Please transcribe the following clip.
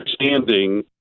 understanding